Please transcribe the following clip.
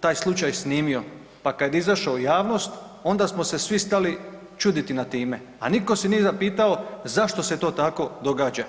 taj slučaj snimio, pa kad je izašao u javnost onda smo se svi stali čuditi nad time, a nitko se nije zapitao zašto se to tako događa.